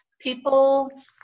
People